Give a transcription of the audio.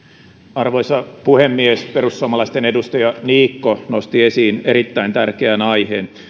arvoisa puhemies perussuomalaisten edustaja niikko nosti esiin erittäin tärkeän aiheen